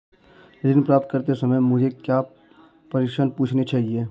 ऋण प्राप्त करते समय मुझे क्या प्रश्न पूछने चाहिए?